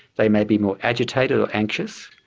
they may be more agitated or anxious.